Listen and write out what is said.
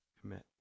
commit